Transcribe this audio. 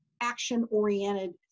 action-oriented